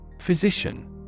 Physician